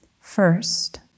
first